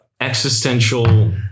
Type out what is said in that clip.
existential